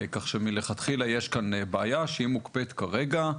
כך שמלכתחילה יש כאן בעיה שהיא מוקפאת כרגע.